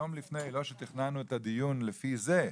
יום לפני, לא שתכננו את הדיון לפי זה,